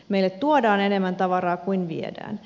meille tuodaan enemmän tavaraa kuin viedään